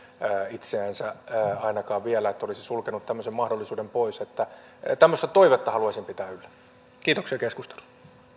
itseänsä ainakaan vielä että olisi sulkenut tämmöisen mahdollisuuden pois tämmöistä toivetta haluaisin pitää yllä kiitoksia keskustelusta